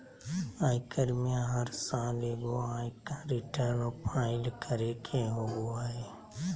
आयकर में हर साल एगो आयकर रिटर्न फाइल करे के होबो हइ